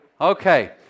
Okay